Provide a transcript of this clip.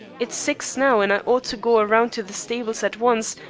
it's six now, and i ought to go around to the stables at once,